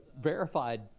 verified